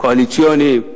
קואליציוניים.